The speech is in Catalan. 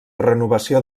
renovació